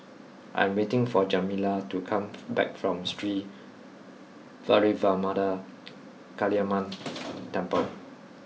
I am waiting for Jamila to come back from Sri Vairavimada Kaliamman Temple